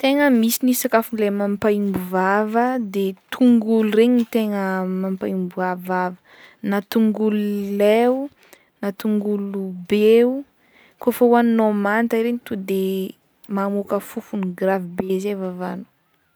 Tegna misy ny sakafo le mampaimbo vava de tongolo regny tegna mampaimbo va- vava na tongolo lay o na tongolo be o kaofa hohaninao manta iregny to de mamoaka fofona gravy be zay vavana.